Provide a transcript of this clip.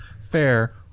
fair